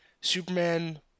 Superman